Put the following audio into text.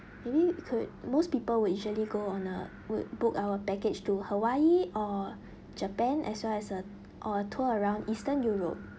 maybe you could most people will usually go on a would book our package to hawaii or japan as well as a or a tour around eastern europe